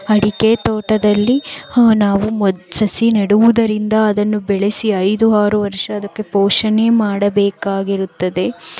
ಅಡಿಕೆ ತೋಟದಲ್ಲಿ ನಾವು ಮೊದ್ ಸಸಿ ನೆಡುವುದರಿಂದ ಅದನ್ನು ಬೆಳೆಸಿ ಐದು ಆರು ವರ್ಷ ಅದಕ್ಕೆ ಪೋಷಣೆ ಮಾಡಬೇಕಾಗಿರುತ್ತದೆ